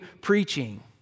preaching